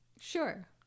Sure